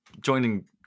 Joining